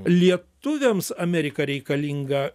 lietuviams amerika reikalinga